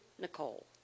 Nicole